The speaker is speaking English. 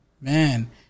Man